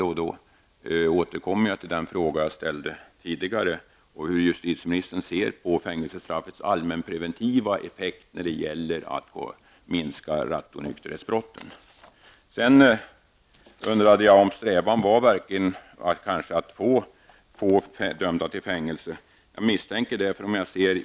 Jag återkommer till den fråga jag ställde tidigare om hur justitieministern ser på fängelsestraffets allmänpreventiva effekt när det gäller att minska rattonykterhetsbrotten. Sedan undrade jag om strävan verkligen var att det skulle vara få som dömdes till fängelse. Jag misstänker det.